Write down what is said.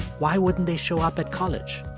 why wouldn't they show up at college?